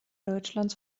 deutschlands